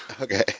Okay